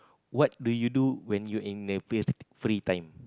what do you do when you in the fr~ free time